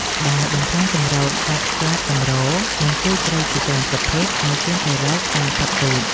ដែលបំផ្លាញជម្រកសត្វស្លាបកម្រ និងពូជត្រីជាច្រើនប្រភេទឱ្យឈានទៅរកការផុតពូជ។